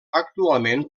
actualment